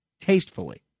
tastefully